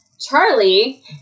Charlie